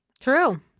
true